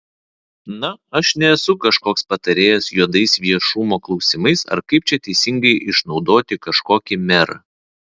na aš nesu kažkoks patarėjas juodais viešumo klausimais ar kaip čia teisingai išnaudoti kažkokį merą